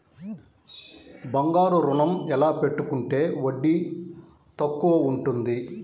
బంగారు ఋణం ఎలా పెట్టుకుంటే వడ్డీ తక్కువ ఉంటుంది?